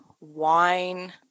wine